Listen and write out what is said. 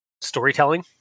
storytelling